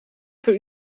per